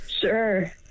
Sure